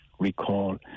recall